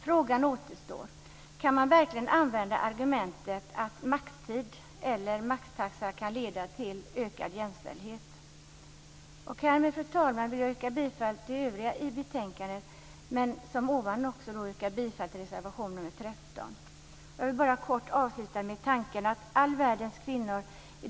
Frågan återstår: Kan man verkligen använda argumentet att maxtid eller maxtaxa kan leda till ökad jämställdhet? Härmed, fru talman, vill jag yrka bifall till hemställan i betänkandet men också till reservation nr 13. Jag vill kort avsluta med att vi i dag ska tänka på all världens kvinnor.